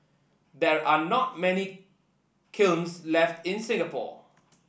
there are not many kilns left in Singapore